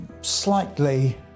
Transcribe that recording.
slightly